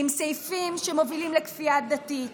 עם סעיפים שמובילים לכפייה דתית,